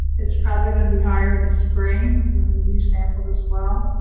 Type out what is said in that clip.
it's probably going to be higher in the spring when we resample it as well,